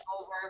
over